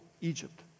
Egypt